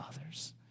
others